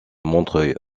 montreuil